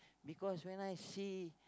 because when I see